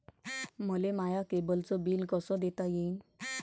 मले माया केबलचं बिल कस देता येईन?